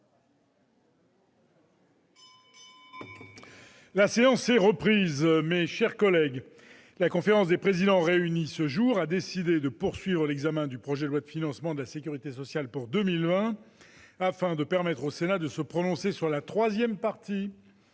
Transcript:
La séance est reprise. Mes chers collègues, la conférence des présidents réunie ce jour a décidé de poursuivre l'examen du projet de loi de financement de la sécurité sociale pour 2020 afin de permettre au Sénat de se prononcer sur la troisième partie